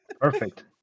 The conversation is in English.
Perfect